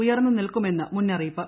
ഉയർന്നു നിൽക്കുമെന്ന് മുന്നറിയിപ്പ്